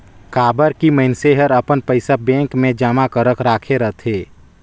काबर की मइनसे हर अपन पइसा बेंक मे जमा करक राखे रथे